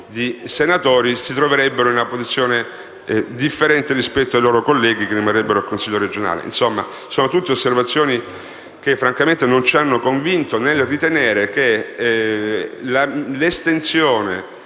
di senatori si troverebbero in una posizione differente rispetto ai loro colleghi che rimarrebbero al Consiglio regionale. Insomma, sono tutte osservazioni che ci hanno convinto a ritenere che l'estensione